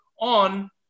on